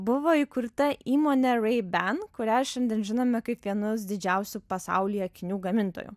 buvo įkurta įmonė ray ban kurią šiandien žinome kaip vienus didžiausių pasaulyje akinių gamintojų